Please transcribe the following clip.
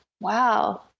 Wow